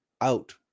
out